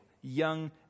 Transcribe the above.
Young